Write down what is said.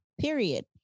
period